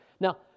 Now